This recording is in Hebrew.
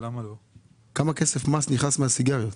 כמה כסף נכנס מהמס על סיגריות?